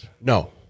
No